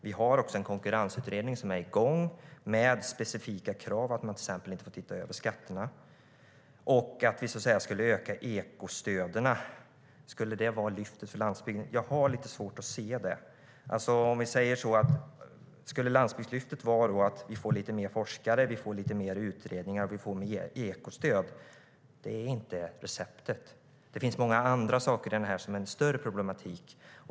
Vi har också en konkurrensutredning som är igång, med specifika krav som till exempel att man inte får titta över skatterna. Vi ska också öka ekostöden. Skulle det vara lyftet för landsbygden? Jag har lite svårt att se det. Om landsbygdslyftet är att vi får lite mer forskare, lite mer utredningar och mer ekostöd kan jag säga att det inte är receptet. Det finns många andra saker med det här som innebär en större problematik.